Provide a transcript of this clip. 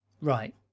Right